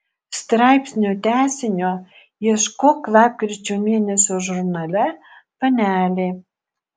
straipsnio tęsinio ieškok lapkričio mėnesio žurnale panelė